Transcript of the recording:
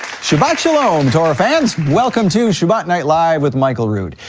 shabbat shalom, torah fans, welcome to shabbat night live with michael rood.